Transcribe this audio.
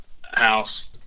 house